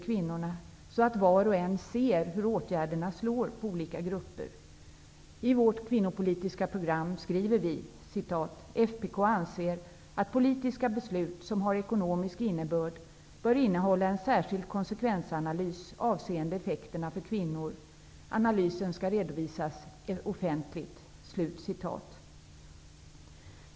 kvinnorna, så att var och en ser hur åtgärderna slår i olika grupper. I vårt kvinnopolitiska program skriver vi: ''FPK anser att politiska beslut, som har ekonomisk innebörd, bör innehålla en särskild konsekvensanalys avseende effekterna för kvinnor. Analysen skall redovisas offentligt.''